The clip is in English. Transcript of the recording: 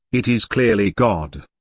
it is clearly god.